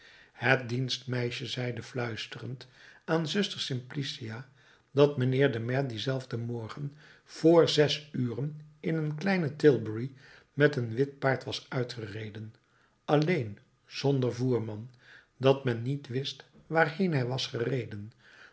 het dienstmeisje zeide fluisterend aan zuster simplicia dat mijnheer de maire dienzelfden morgen vr zes uren in een kleine tilbury met een wit paard was uitgereden alléén zonder voerman dat men niet wist waarheen hij was gereden